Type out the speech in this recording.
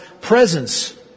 presence